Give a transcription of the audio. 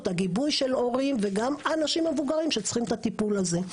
הגיבוי של הורים וגם אנשים מבוגרים שצריכים את הטיפול הזה.